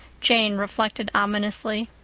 jane reflected ominously.